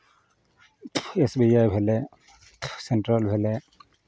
S B I भेलै central भेलै